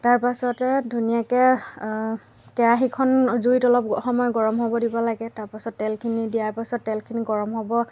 তাৰ পাছতে ধুনীয়াকৈ কেৰাহীখন জুইত অলপ সময় গৰম হ'ব দিব লাগে তাৰ পাছত তেলখিনি দিয়াৰ পাছত তেলখিনি গৰম হ'ব